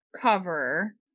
cover